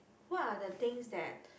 what are things that